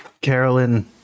Carolyn